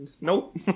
Nope